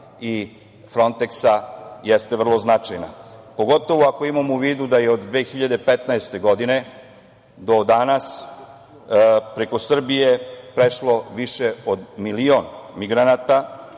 i Fronteksa jeste vrlo značajna, pogotovo ako imamo u vidu da je od 2015. godine do danas preko Srbije prešlo više od milion migranata